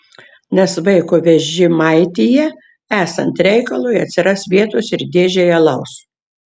nes vaiko vežimaityje esant reikalui atsiras vietos ir dėžei alaus